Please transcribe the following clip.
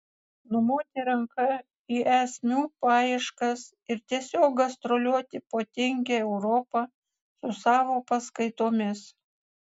numoti ranka į esmių paieškas ir tiesiog gastroliuoti po tingią europą su savo paskaitomis